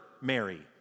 Mary